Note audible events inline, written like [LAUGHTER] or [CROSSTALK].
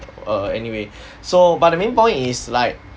uh anyway [BREATH] so but the main point is like